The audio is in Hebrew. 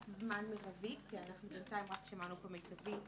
זמן מרבי כי אנחנו בינתיים רק שמענו את המיטבי,